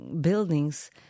buildings